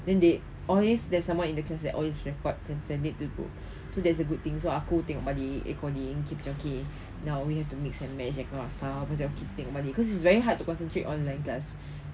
then there always there's someone in the class that always record and send it to the group so that's a good things so aku tengok balik recording okay macam okay now we have to mix and match that kind of stuff macam keeping balik cause it's very hard to concentrate online class